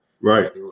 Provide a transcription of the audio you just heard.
right